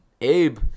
Abe